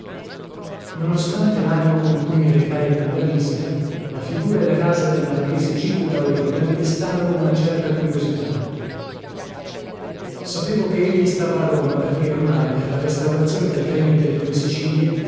ostante lanimo con cui mi recai a quella visita la figura e la casa del marchese giglio dauletta mi destarono una certa curiosità sapevo che egli stava a roma perché ormai per la restaurazione del regno delle due sicilie